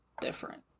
different